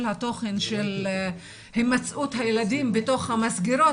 התוכן של הימצאות הילדים בתוך המסגרות,